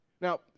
Now